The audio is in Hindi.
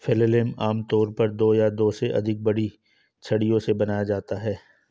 फ्लेल आमतौर पर दो या दो से अधिक बड़ी छड़ियों से बनाया जाता है